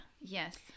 yes